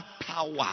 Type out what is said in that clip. power